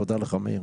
תודה לך, מאיר.